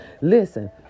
Listen